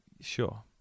Sure